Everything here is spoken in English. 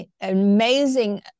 amazing